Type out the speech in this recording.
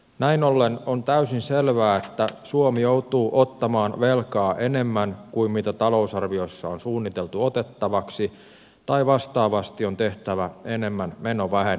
näin ollen on täysin selvää että suomi joutuu ottamaan velkaa enemmän kuin talousarviossa on suunniteltu otettavaksi tai vastaavasti on tehtävä enemmän menovähennyksiä